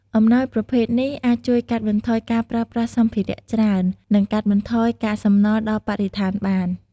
អំណោយប្រភេទនេះ អាចជួយកាត់បន្ថយការប្រើប្រាស់សម្ភារៈច្រើន និងកាត់បន្ថយកាកសំណល់ដល់បរិស្ថានបាន។